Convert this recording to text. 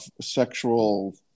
sexual